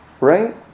Right